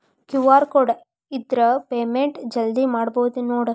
QR code ಇದ್ರ payment ಜಲ್ದಿ ಮಾಡಬಹುದು ನೋಡ್